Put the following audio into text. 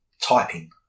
typing